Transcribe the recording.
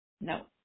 No